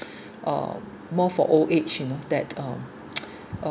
uh more for old age you know that uh uh